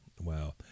Wow